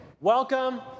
welcome